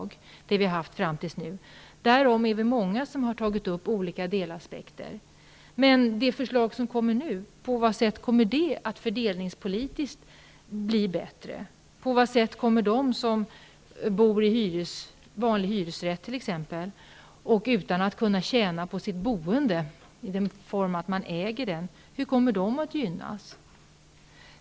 Det är många som har tagit upp olika delaspekter i det fallet. Men på vilket sätt kommer det med det nya förslaget att fördelningspolitiskt bli bättre? Hur kommer de som bor i vanlig hyresrätt och som inte kan tjäna på sitt boende i form av att de äger sin bostad att gynnas?